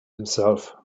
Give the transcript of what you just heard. himself